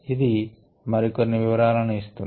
ఇది మరి కొన్ని వివరాలను ఇస్తుంది